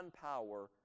power